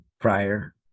prior